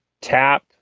tap